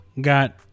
got